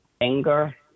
anger